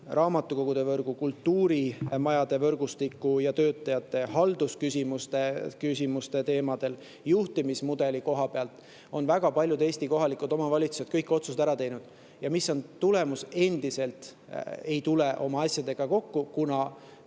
raamatukogude võrgu, kultuurimajade võrgustiku ja töötajate ning haldusküsimuste teemal ja juhtimismudeli koha pealt on väga paljud Eesti kohalikud omavalitsused kõik otsused ära teinud. Ja mis on tulemus? Endiselt ei tule oma asjadega kokku, sest